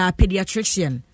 pediatrician